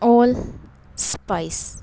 all spice